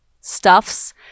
stuffs